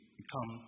become